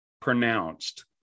pronounced